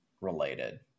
related